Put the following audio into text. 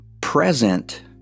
present